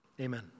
Amen